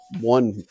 one